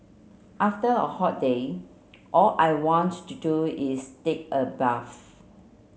after a hot day all I want to do is take a bath